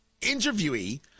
interviewee